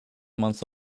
months